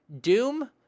Doom